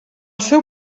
seu